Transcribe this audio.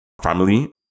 family